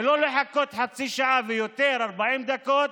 ולא לחכות חצי שעה ויותר, 40 דקות,